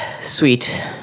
sweet